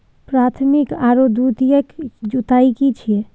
प्राथमिक आरो द्वितीयक जुताई की छिये?